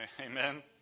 Amen